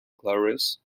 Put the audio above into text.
glorious